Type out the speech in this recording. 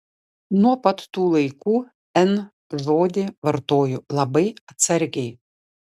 nuo pat tų laikų n žodį vartoju labai atsargiai